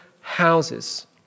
houses